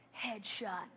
headshot